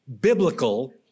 biblical